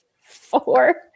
four